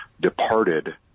departed